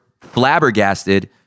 flabbergasted